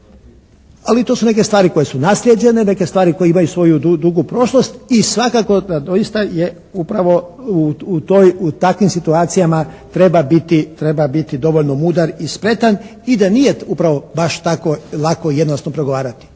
ali to su neke stvari koje su naslijeđene, neke stvari koje imaju svoju dugu prošlost i svakako da doista je upravo u toj, u takvim situacijama treba biti dovoljno mudar i spretan i da nije upravo baš tako lako i jednostavno pregovarati.